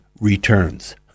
returns